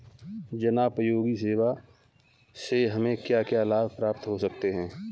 जनोपयोगी सेवा से हमें क्या क्या लाभ प्राप्त हो सकते हैं?